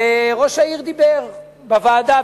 וראש העיר דיבר בוועדה,